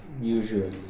usually